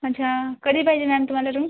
अच्छा कधी पाहिजे मॅम तुम्हाला रूम